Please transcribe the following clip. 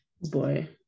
Boy